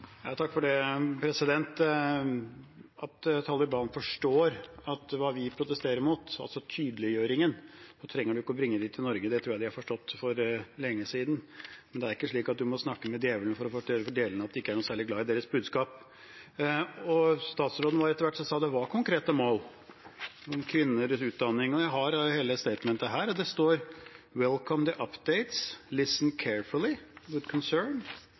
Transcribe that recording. For at Taliban skal forstå hva vi protesterer mot, altså tydeliggjøringen, trenger man ikke å bringe dem til Norge. Det tror jeg de har forstått for lenge siden. Det er ikke slik at man må snakke med djevelen for å fortelle djevelen at man ikke er særlig glad i deres budskap. Statsråden sa etter hvert at det var konkrete mål, om kvinner og utdanning. Jeg har hele statementet her. Det står: